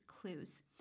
clues